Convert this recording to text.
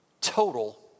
total